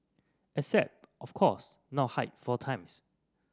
except of course not hike four times